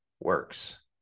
works